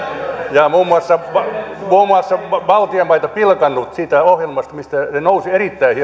neuvoneet ja muun muassa baltian maita pilkanneet siitä ohjelmasta millä ne nousivat erittäin